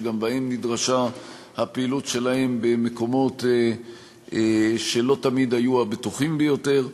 שגם בהם נדרשה הפעילות שלהם במקומות שלא תמיד היו הבטוחים ביותר.